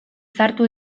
sartu